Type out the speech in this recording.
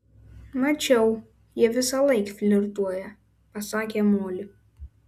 mačiau jie visąlaik flirtuoja pasakė moli